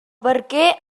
barquer